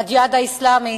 "הג'יהאד האסלאמי",